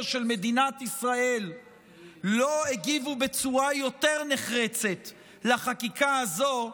של מדינת ישראל לא הגיבו בצורה יותר נחרצת לחקיקה הזו,